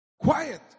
Quiet